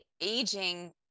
aging